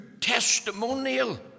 testimonial